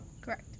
correct